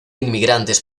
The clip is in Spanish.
inmigrantes